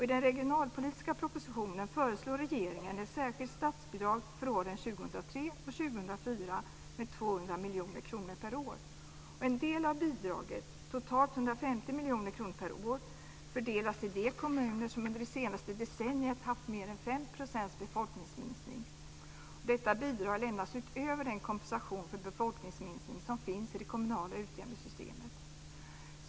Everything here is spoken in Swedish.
I den regionalpolitiska propositionen föreslår regeringen ett särskilt statsbidrag för åren 2003 och 2004 med 200 miljoner kronor per år, fördelas till de kommuner som under det senaste decenniet haft mer än fem procents befolkningsminskning. Detta bidrag lämnas utöver den kompensation för befolkningsminskning som finns i det kommunala utjämningssystemet.